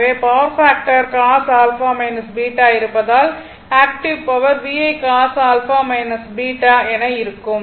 எனவே power factor cos α β இருப்பதால் active power VI cos α β என இருக்கும்